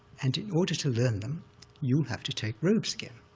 and in order to learn them you'll have to take robes again,